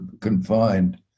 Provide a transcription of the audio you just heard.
confined